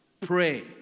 Pray